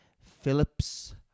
Phillips